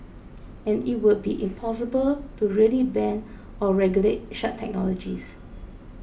and it would be impossible to really ban or regulate such technologies